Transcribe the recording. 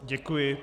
Děkuji.